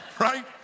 Right